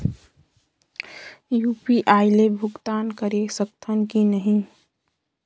UPI ले भुगतान करे सकथन कि नहीं?